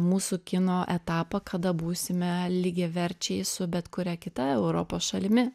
mūsų kino etapą kada būsime lygiaverčiai su bet kuria kita europos šalimi